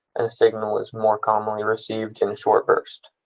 and a signal is more commonly received in short burst.